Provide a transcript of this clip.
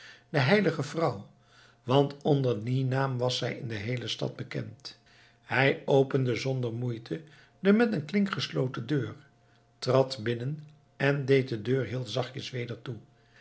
de heilige vrouw want onder dien naam was zij in de heele stad bekend hij opende zonder moeite de met een klink gesloten deur trad binnen en deed de deur heel zachtjes weder toe